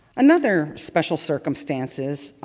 another special circumstances